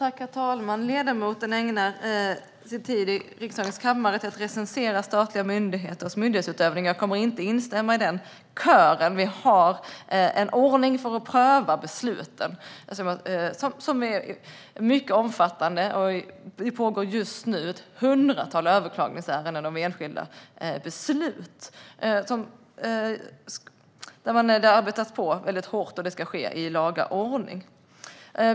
Herr talman! Ledamoten ägnar tid i riksdagens kammare åt att recensera statliga myndigheters myndighetsutövning. Jag kommer inte att instämma i den kören. Vi har en mycket omfattande ordning för att pröva besluten. Just nu pågår ett hundratal ärenden om överklagande av enskilda beslut. Det arbetas väldigt hårt, och det ska ske i laga ordning.